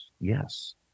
Yes